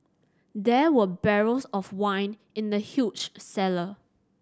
there were barrels of wine in the huge cellar